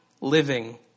Living